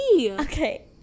Okay